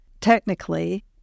technically